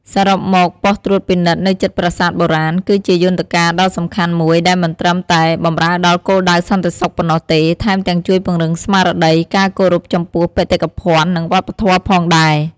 សរុបមក បុស្តិ៍ត្រួតពិនិត្យនៅជិតប្រាសាទបុរាណ គឺជាយន្តការដ៏សំខាន់មួយដែលមិនត្រឹមតែបម្រើដល់គោលដៅសន្តិសុខប៉ុណ្ណោះទេ ថែមទាំងជួយពង្រឹងស្មារតី ការគោរពចំពោះបេតិកភណ្ឌ និងវប្បធម៌ ផងដែរ។